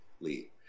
lead